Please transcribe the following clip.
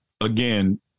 again